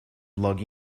log